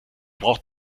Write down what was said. braucht